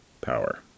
power